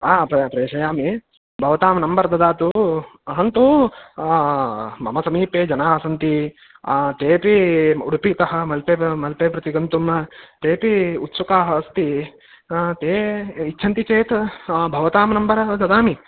आ प्र प्रेषयामि भवतां नम्बर् ददातु अहं तु मम समीपे जनाः सन्ति तेऽपि उडुपितः मल्पे मल्पे प्रति गन्तुं तेऽपि उत्सुकाः अस्ति ते इच्छन्ति चेत् भवतां नम्बर् ददामि